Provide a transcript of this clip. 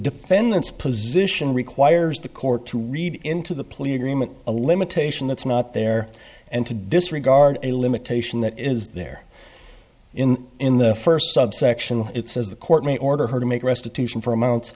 defendant's position requires the court to read into the plea agreement a limitation that's not there and to disregard a limitation that is there in in the first subsection it says the court may order her to make restitution for amount